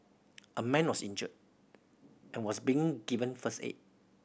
a man was injured and was being given first aid